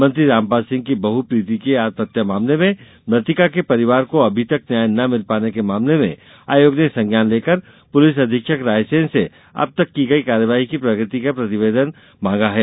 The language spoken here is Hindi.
मंत्री रामपाल सिंह की बहू प्रीति के आत्महत्या मामले में मतिका के परिवार को अभी तक न्याय न मिल पाने के मामले में आयोग ने संज्ञान लेकर पुलिस अधीक्षक रायसेन से अब तक की गई कार्यवाही की प्रगति का प्रतिवेदन मांगा है